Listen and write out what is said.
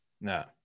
No